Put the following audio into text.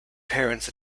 parents